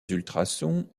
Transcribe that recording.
ultrasons